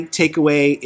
takeaway